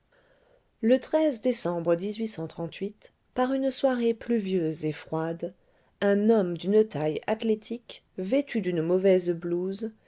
le décembre par une soirée pluvieuse et froide un homme d'une taille athlétique vêtu d'une mauvaise blouse